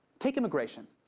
take immigration.